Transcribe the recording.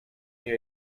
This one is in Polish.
nie